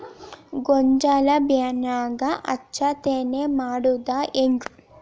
ಗೋಂಜಾಳ ಬೆಳ್ಯಾಗ ಹೆಚ್ಚತೆನೆ ಮಾಡುದ ಹೆಂಗ್?